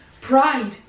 pride